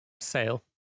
Sale